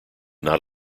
not